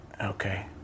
Okay